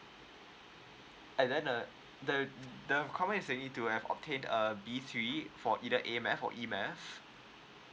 and then uh there's there obtain a B three for either A math for E math